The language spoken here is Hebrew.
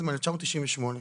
זה מ-1998.